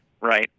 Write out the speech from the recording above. right